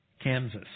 Kansas